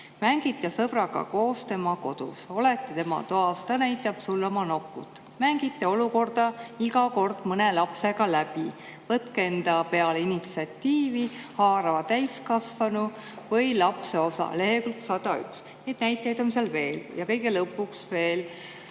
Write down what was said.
"Mängite sõbraga koos tema kodus. Olete tema toas. Ta näitab sulle oma nokut. [---] Mängige olukord iga kord mõne lapsega läbi. Võtke enda peale initsiatiivi haarava täiskasvanu või lapse osa." Lehekülg 101. Neid näiteid on seal veel. Ja kõige lõpuks veel